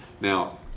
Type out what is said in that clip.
now